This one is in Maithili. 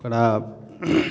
खराब